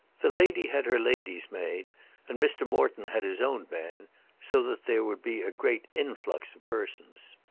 the lady had her lady's maid and mr. morton had his own man so that there would be a great influx of persons.